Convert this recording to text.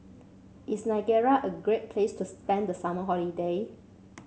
is Nigeria a great place to spend the summer holiday